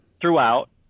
throughout